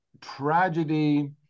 tragedy